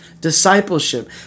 Discipleship